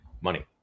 money